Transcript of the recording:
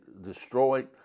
destroyed